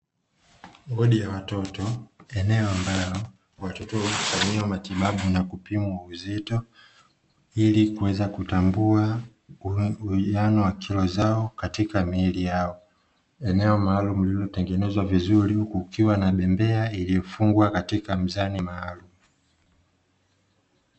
Wodi ya watoto, eneo ambalo watoto hufanyiwa matibabu na kupimwa uzito ili kuweza kutambua uwiano wa kilo zao katika miili yao. Eneo maalumu lililotengenezwa vizuri huku kukiwa na bembea iliyofungwa katika mzani maalumu.